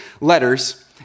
letters